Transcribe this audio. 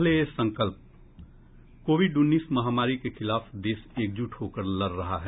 पहले ये संकल्प कोविड उन्नीस महामारी के खिलाफ देश एकजुट होकर लड़ रहा है